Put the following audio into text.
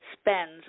spends